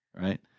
right